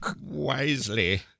wisely